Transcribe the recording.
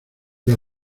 que